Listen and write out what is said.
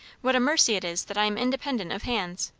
what a mercy it is that i am independent of hands.